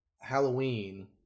Halloween